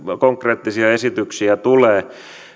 konkreettisia esityksiä tulee